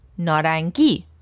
naranji